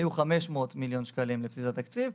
היו 500,000,000 ₪ לבסיס התקציב.